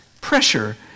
pressure